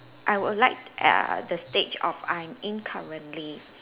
I would like uh the stage of I'm in currently